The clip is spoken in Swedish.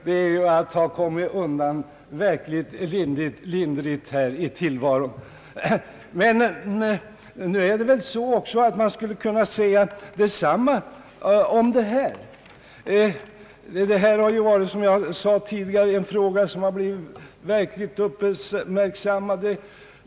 Det är ju att ha kommit undan verkligt lindrigt här i världen! Man skulle kunna säga att det förhåller sig ungefär likadant i den här frågan. Som jag sade tidigare har denna fråga blivit verkligt uppmärksammad.